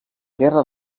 guerra